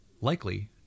likely